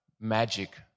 magic